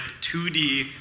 2D